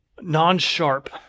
non-sharp